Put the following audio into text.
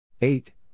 eight